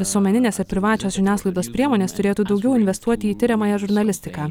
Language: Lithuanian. visuomeninės ir privačios žiniasklaidos priemonės turėtų daugiau investuoti į tiriamąją žurnalistiką